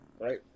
right